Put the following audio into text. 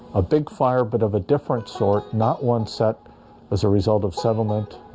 a big fire but of a different sort not one set as a result of settlement,